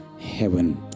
heaven